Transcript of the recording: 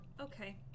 Okay